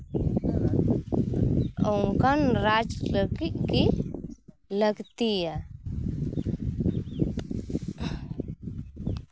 ᱚᱝᱠᱟᱱ ᱨᱟᱡᱽ ᱞᱟᱹᱜᱤᱫ ᱠᱤ ᱞᱟᱹᱠᱛᱤᱭᱟ